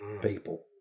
people